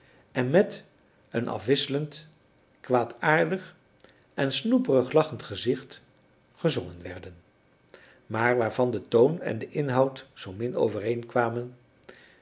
en met een afwisselend kwaadaardig en snoeperig lachend gezicht gezongen werden maar waarvan de toon en de inhoud zoomin